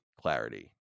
clarity